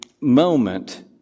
moment